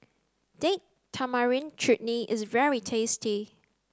date tamarind chutney is very tasty